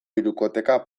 hirukoteka